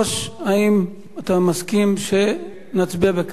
האם אתה מסכים שנצביע בקריאה שלישית?